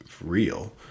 real